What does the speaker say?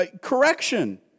correction